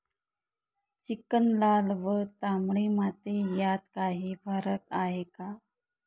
Chicken, लाल व तांबडी माती यात काही फरक आहे का?